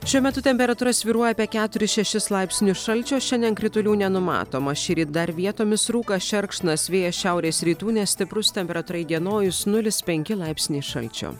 šiuo metu temperatūra svyruoja apie keturis šešis laipsnius šalčio šiandien kritulių nenumatoma šįryt dar vietomis rūkas šerkšnas vėjas šiaurės rytų nestiprus temperatūra įdienojus nulis penki laipsniai šalčio